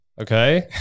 Okay